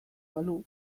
balu